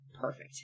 perfect